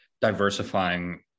diversifying